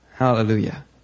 Hallelujah